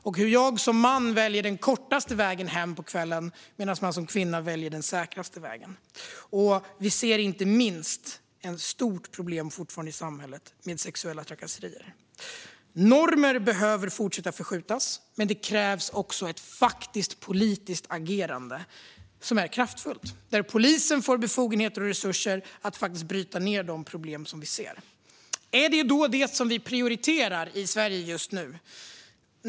Medan jag som man väljer den kortaste vägen hem på kvällen väljer man som kvinna den säkraste vägen. Och vi ser inte minst fortfarande ett stort problem i samhället med sexuella trakasserier. Normer måste fortsätta att förskjutas, men det krävs också ett faktiskt politiskt agerande som är kraftfullt. Polisen måste få befogenheter och resurser att bryta ned de problem vi ser. Är det då detta vi prioriterar i Sverige just nu?